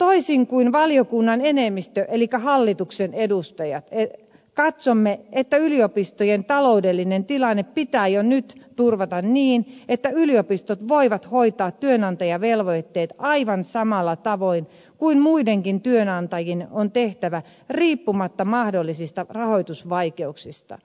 toisin kuin valiokunnan enemmistö elikkä hallituksen edustajat katsomme että yliopistojen taloudellinen tilanne pitää jo nyt turvata niin että yliopistot voivat hoitaa työnantajavelvoitteet aivan samalla tavoin kuin muidenkin työnantajien on tehtävä riippumatta mahdollisista rahoitusvaikeuksista